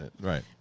Right